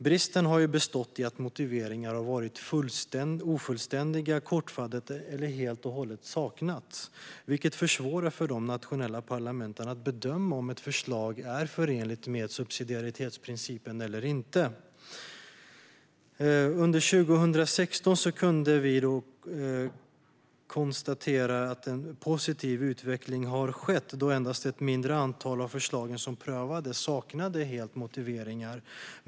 Bristerna har bestått i att motiveringar har varit ofullständiga eller kortfattade eller helt och hållet saknats, vilket försvårar för de nationella parlamenten att bedöma om ett förslag är förenligt med subsidiaritetsprincipen eller inte. Under 2016 kunde vi konstatera att en positiv utveckling har skett, då endast ett mindre antal av förslagen som prövades helt saknade motiveringar.